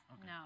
No